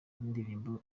indirimbo